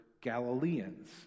Galileans